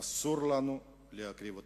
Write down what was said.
אסור לנו להקריב אותם.